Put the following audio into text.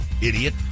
Idiot